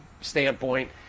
standpoint